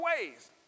ways